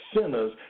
sinners